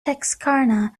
texarkana